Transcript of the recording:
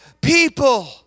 people